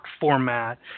format